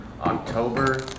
October